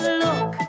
look